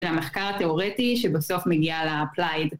המחקר התאורטי שבסוף מגיע ל-applied